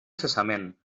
cessament